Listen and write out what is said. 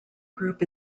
group